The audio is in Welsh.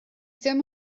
ddim